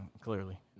clearly